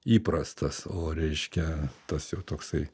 įprastas o reiškia tas jau toksai